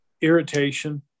irritation